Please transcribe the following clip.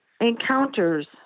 Encounters